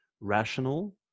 rational